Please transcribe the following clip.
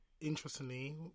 interestingly